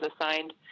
assigned